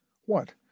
What